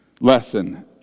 lesson